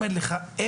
חשוב מאוד,